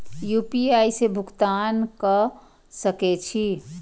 UPI से भुगतान क सके छी?